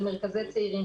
של מרכזי צעירים,